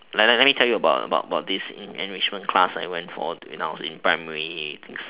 like let me tell you about about this enrichment class I went for do you know when I was in primary I thinks